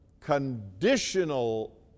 conditional